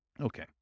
Okay